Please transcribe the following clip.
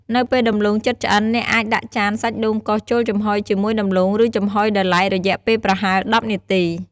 នៅពេលដំឡូងជិតឆ្អិន អ្នកអាចដាក់ចានសាច់ដូងកោសចូលចំហុយជាមួយដំឡូង ឬចំហុយដោយឡែករយៈពេលប្រហែល ១០ នាទី។